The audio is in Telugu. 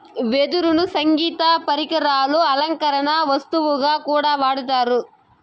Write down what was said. వెదురును సంగీత పరికరాలు, అలంకరణ వస్తువుగా కూడా వాడతారు